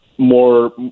more